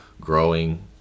growing